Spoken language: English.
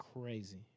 crazy